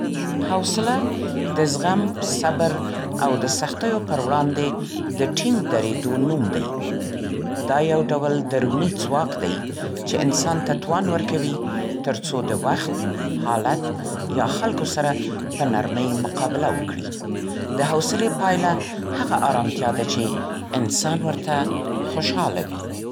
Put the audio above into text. حوصله د زغم، صبر او د سختیو پر وړاندې د ټینګ درېدو نوم دی. دا یو ډول درونی ځواک دی، چې انسان ته توان ورکوي، تر څو د وخت، حالت یا خلکو سره په نرمۍ مقابله وکړي. د حوصلې پایله هغه آرامتیا ده چې سړی ورته خوشحاله وي.